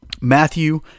Matthew